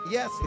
Yes